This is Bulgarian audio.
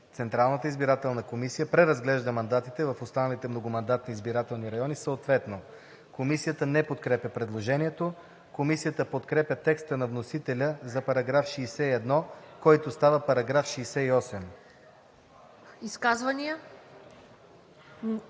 Централната избирателна комисия преразглежда мандатите в останалите многомандатни избирателни райони съответно.“ Комисията не подкрепя предложението. Комисията подкрепя текста на вносителя за § 61, който става § 68. ПРЕДСЕДАТЕЛ